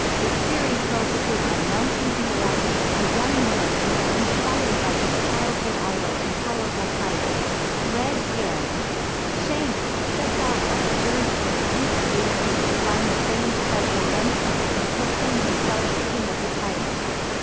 the series focuses on monkey d. luffy, a young man who, inspired by his childhood idol and powerful pirate red haired shanks, sets off on a journey from the east blue sea to find the famed treasure one piece and proclaim himself the king of the pirates.